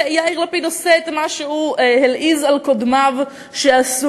יאיר לפיד עושה את מה שהוא הלעיז על קודמיו שעשו.